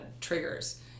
triggers